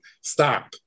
stop